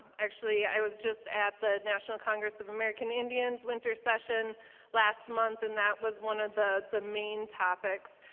actually i was just as at the national congress of american indians winter session last month and that was one of the the main topics.